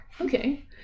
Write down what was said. Okay